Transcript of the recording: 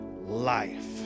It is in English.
life